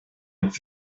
ins